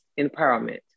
empowerment